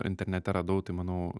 internete radau tai manau